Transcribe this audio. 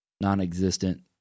non-existent